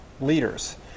leaders